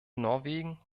norwegen